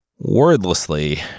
Wordlessly